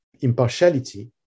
impartiality